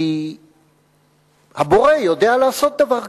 כי הבורא יודע לעשות דבר כזה,